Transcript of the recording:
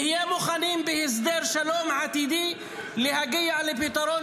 נהיה מוכנים בהסדר שלום עתידי להגיע לפתרון